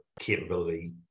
capability